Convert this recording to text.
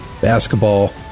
basketball